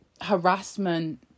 harassment